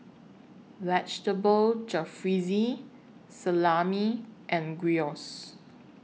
Vegetable Jalfrezi Salami and Gyros